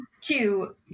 two